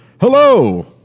Hello